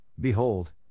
Behold